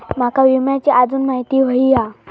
माका विम्याची आजून माहिती व्हयी हा?